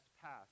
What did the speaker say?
passed